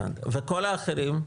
וכול האחרים?